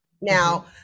Now